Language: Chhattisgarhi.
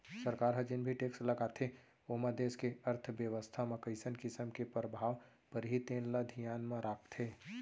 सरकार ह जेन भी टेक्स लगाथे ओमा देस के अर्थबेवस्था म कइसन किसम के परभाव परही तेन ल धियान म राखथे